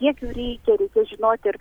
kiek jų reikia reikia žinoti ir